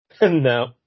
No